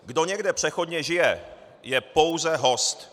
Kdo někde přechodně žije, je pouze host.